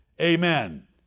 Amen